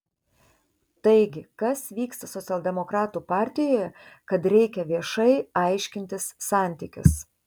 taigi kas vyksta socialdemokratų partijoje kad reikia viešai aiškintis santykius